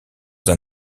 d’un